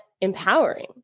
empowering